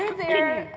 there